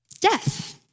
Death